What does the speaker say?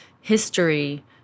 history